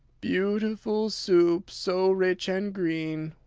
beautiful soup, so rich and green,